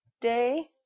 day